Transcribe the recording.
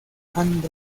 and